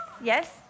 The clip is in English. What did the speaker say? yes